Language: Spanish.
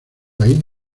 país